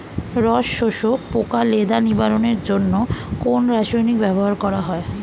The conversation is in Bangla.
রস শোষক পোকা লেদা নিবারণের জন্য কোন রাসায়নিক ব্যবহার করা হয়?